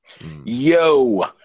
Yo